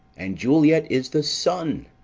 and juliet is the sun!